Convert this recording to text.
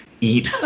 eat